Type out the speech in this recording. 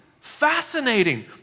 Fascinating